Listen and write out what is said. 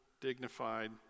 dignified